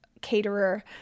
caterer